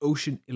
Ocean